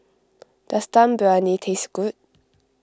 does Dum Briyani taste good